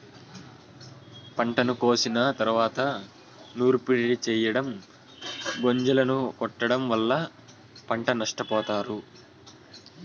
పంటను కోసిన తరువాత నూర్పిడి చెయ్యటం, గొంజలను కొట్టడం వల్ల పంట నష్టపోతారు